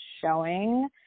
showing